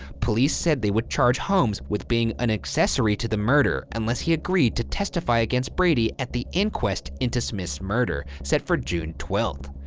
police said they would charge holmes with being an accessory to the murder unless he agreed to testify against brady at the inquest into smith's murder, set for june twelfth.